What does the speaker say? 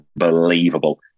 unbelievable